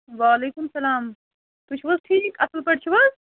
وعلیکُم سلام تُہۍ چھُو حظ ٹھیٖک اَصٕل پٲٹھۍ چھُوا